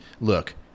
look